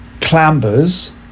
clambers